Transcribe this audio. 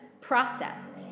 process